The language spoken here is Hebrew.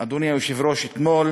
אדוני היושב-ראש, אתמול